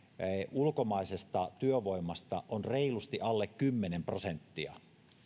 ulkomaisesta työvoimasta on reilusti alle kymmenen prosenttia